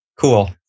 Cool